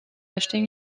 acheter